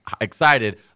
excited